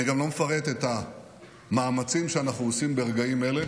אני גם לא מפרט את המאמצים שאנחנו עושים ברגעים אלה